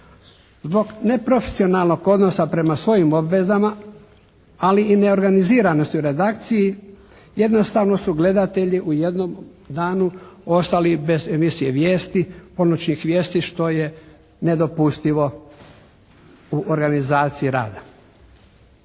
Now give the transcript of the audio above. Zbog neprofesionalnog odnosa prema svojim obvezama ali i neorganiziranosti u redakciji jednostavno su gledatelji u jednom danu ostali bez emisije vijesti, ponoćnih vijesti što je nedopustivo u organizaciji rada.